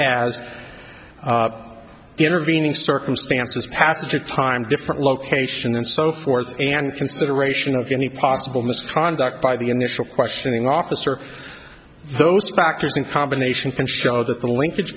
as the intervening circumstances passage of time different location and so forth and consideration of any possible misconduct by the initial questioning officer those factors in combination can show that the linkage